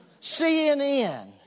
CNN